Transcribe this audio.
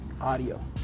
audio